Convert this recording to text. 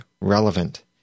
relevant